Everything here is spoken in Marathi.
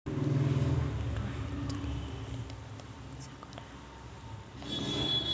बिमा पुरा भरून झाल्यावर मले त्याचा दावा कसा करा लागन?